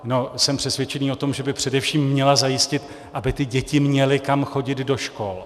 No, jsem přesvědčený o tom, že by především měla zajistit, aby ty děti měly kam chodit do škol.